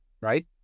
right